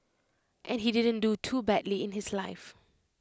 and he didn't do too badly in his life